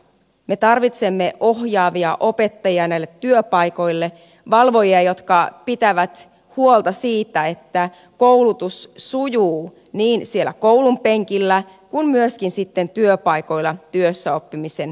me tarvitsemme ohjaavia opettajia näille työpaikoille valvojia jotka pitävät huolta siitä että koulutus sujuu niin siellä koulunpenkillä kuin myöskin työpaikoilla työssäoppimisen jaksoilla